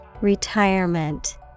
Retirement